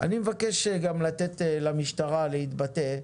אני מבקש גם לתת למשטרה להתבטא,